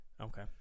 Okay